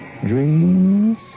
dreams